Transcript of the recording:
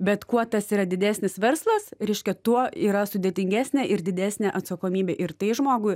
bet kuo tas yra didesnis verslas reiškia tuo yra sudėtingesnė ir didesnė atsakomybė ir tai žmogui